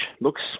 looks